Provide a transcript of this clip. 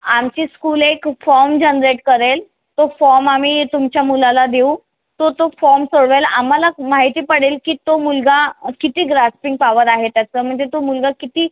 आमची स्कूल एक form generate करेल तो फॉर्म आम्ही तुमच्या मुलाला देऊ तो तो फॉर्म सोडवायला आम्हालाच माहिती पडेल की तो मुलगा किती ग्रासपिंग पॉवर आहे त्याचं म्हणजे तो मुलगा किती